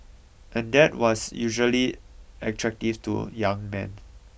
and that was usually attractive to young men